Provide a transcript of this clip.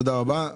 תודה רבה.